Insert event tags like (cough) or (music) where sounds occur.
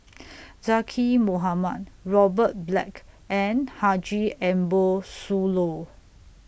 (noise) Zaqy Mohamad Robert Black and Haji Ambo Sooloh